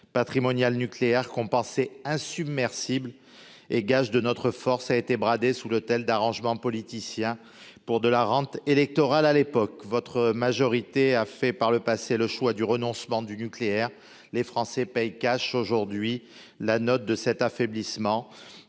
patrimonial nucléaire, que l'on pensait insubmersible et gage de notre force, a été bradé sur l'autel d'arrangements politiciens, pour de la rente électorale passée. Votre majorité a fait, naguère, le choix du renoncement au nucléaire. Les Français payent « cash » aujourd'hui la note de cet affaiblissement.